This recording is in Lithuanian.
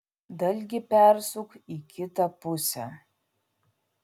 dalgį persuk į kitą pusę